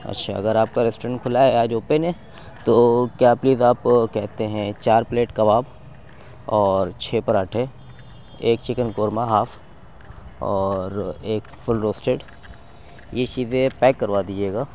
اچھا اگر آپ کا ریسٹورینٹ کھلا ہے آج اوپن ہے تو کیا پلیز آپ کہتے ہیں چار پلیٹ کباب اور چھ پراٹھے ایک چکن قورما ہاف اور ایک فل روسٹیڈ یہ چیزیں پیک کروا دیجیے گا